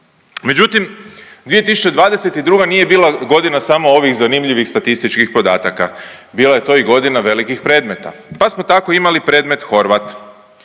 Međutim 2022. nije bila godina samo ovih zanimljivih statističkih podataka, bila je to i godina velikih predmeta, pa smo tako imali predmet Horvat.